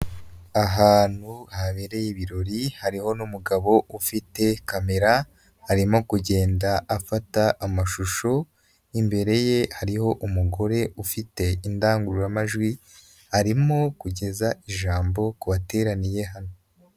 Ahantu habereye ibirori hariho n'umugabo ufite kamera. Arimo kugenda afata amashusho, imbere ye hariho umugore ufite indangururamajwi, arimo kugeza ijambo ku bateraniye hano.